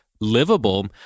livable